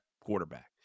quarterback